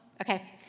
Okay